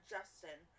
Justin